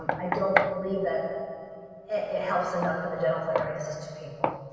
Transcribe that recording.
um i don't believe that it helps enough for the genital areas, is too painful.